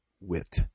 wit